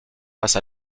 face